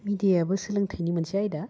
मेडियाबो सोलोंथायनि मोनसे आयदा